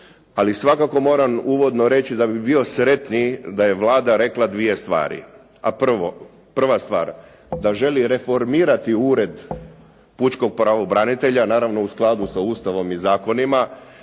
ali svakako moram uvodno reći da bih bio sretniji da je Vlada rekla dvije stvari, a prva stvar da želi reformirati Ured pučkog pravobranitelja naravno u skladu sa Ustavom i zakonima